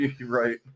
Right